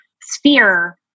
sphere